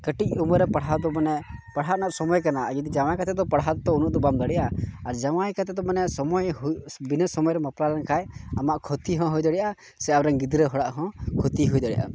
ᱠᱟᱹᱴᱤᱡ ᱩᱢᱮᱨ ᱨᱮ ᱯᱟᱲᱦᱟᱣ ᱫᱚ ᱢᱟᱱᱮ ᱯᱟᱲᱦᱟᱣ ᱨᱮᱱᱟᱜ ᱥᱚᱢᱚᱭ ᱠᱟᱱᱟ ᱟᱨ ᱡᱟᱶᱟᱭ ᱠᱟᱛᱮᱫ ᱯᱟᱲᱦᱟᱜ ᱫᱚ ᱩᱱᱟᱹᱜ ᱫᱚ ᱵᱟᱢ ᱫᱟᱲᱮᱭᱟᱜᱼᱟ ᱡᱟᱶᱟᱭ ᱠᱟᱛᱮᱫ ᱫᱚ ᱢᱟᱱᱮ ᱥᱚᱢᱚᱭ ᱦᱩᱭ ᱵᱤᱱᱟᱹ ᱥᱚᱢᱚᱭ ᱨᱮᱢ ᱵᱟᱯᱞᱟ ᱞᱮᱱᱠᱷᱟᱱ ᱟᱢᱟᱜ ᱠᱷᱚᱛᱤ ᱦᱚᱸ ᱦᱩᱭ ᱫᱟᱲᱮᱭᱟᱜᱼᱟ ᱥᱮ ᱟᱢ ᱨᱮᱱ ᱜᱤᱫᱽᱨᱟᱹ ᱦᱚᱲᱟᱜ ᱦᱚᱸ ᱠᱷᱚᱛᱤ ᱦᱩᱭ ᱫᱟᱲᱮᱭᱟᱜᱼᱟ